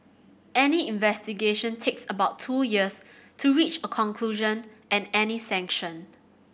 any investigation takes about two years to reach a conclusion and any sanction